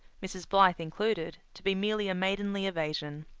mrs. blythe included, to be merely a maidenly evasion.